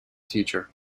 teacher